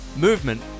movement